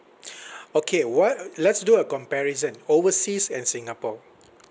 okay what let's do a comparison overseas and singapore